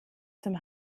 zum